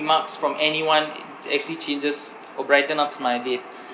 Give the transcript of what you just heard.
marks from anyone it actually changes or brighten ups my day